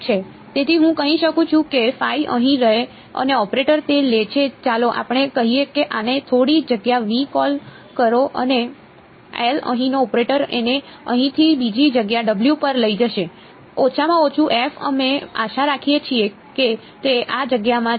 તેથી હું કહી શકું છું કે અહીં રહે છે અને ઓપરેટર તે લે છે ચાલો આપણે કહીએ કે આને થોડી જગ્યા V કૉલ કરો અને અહીંનો ઑપરેટર તેને અહીંથી બીજી જગ્યા પર લઈ જશે ઓછામાં ઓછું અમે આશા રાખીએ છીએ કે તે આ જગ્યામાં છે